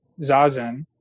Zazen